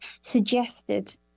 suggested